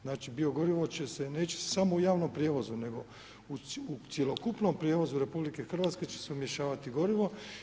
Znači biogorivo će se, neće se samo u javnom prijevozu nego u cjelokupnom prijevozu RH će se umješavati gorivo.